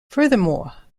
furthermore